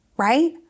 Right